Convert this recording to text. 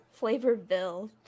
Flavorville